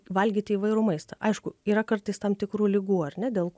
valgyti įvairų maistą aišku yra kartais tam tikrų ligų ar ne dėl